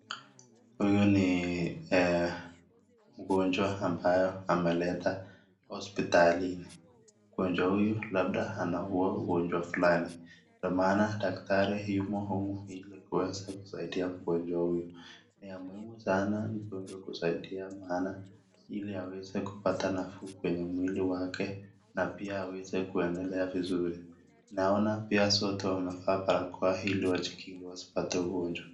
Huyu ni mgonjwa ambaye amaletwa hospitalini, mgonjwa huyu labda ana huo ugonjwa fulani, ndio maana daktari yumo humo ili kuweza kusaidia mgonjwa huyo, ni ya muhimu sana kusaidia maana ili aweze kupata nafuu kwenye mwili wake na pia aweze kuendelea vizuri, naona pia watu wamevaa barakoa hili wasipate ugonjwa.